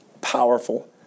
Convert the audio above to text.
powerful